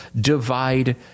divide